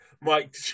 Mike